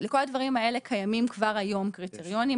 לכל הדברים האלה קיימים כבר היום קריטריונים.